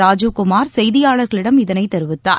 ராஜீவ் குமார் செய்தியாளர்களிடம் இதனைத் தெரிவித்தார்